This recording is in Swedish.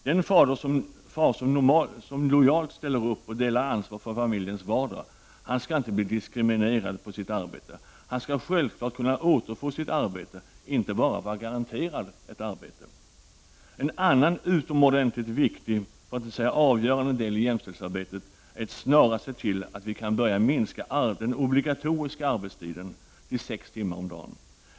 Den fader som lojalt ställer upp och delar ansvaret för familjens vardag skall inte bli diskriminerad på sitt arbete. Han skall självfallet kunna återfå sitt arbete — inte bara vara garanterad ett arbete. En annan utomordentligt viktig, för att inte säga avgörande, del i jämställdhetsarbetet består att vi snarast måste se till att vi kan börja minska den obligatoriska arbetstiden till sex timmar om dagen.